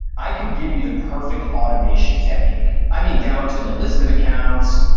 i could give you the perfect automation technique. i mean, down to the list of accounts,